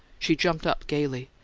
she jumped up gaily.